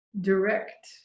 direct